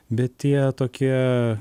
bet tie tokie